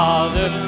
Father